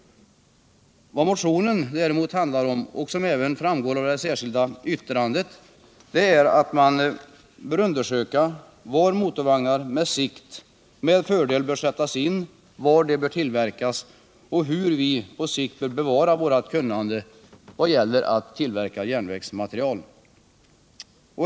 Vad motionen däremot handlar om, och som även framgår av det särskilda yttrandet, är att man bör undersöka var motorvagnar med fördel bör sättas in, var de bör tillverkas och hur vi på sikt bör bevara vårt kunnande när det gäller att tillverka järnvägsmaterial.